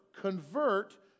convert